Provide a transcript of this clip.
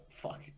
fuck